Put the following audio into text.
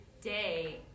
day